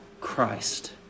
Christ